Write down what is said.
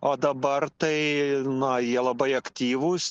o dabar tai na jie labai aktyvūs